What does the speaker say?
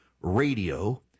radio